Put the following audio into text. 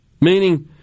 meaning